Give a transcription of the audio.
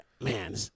man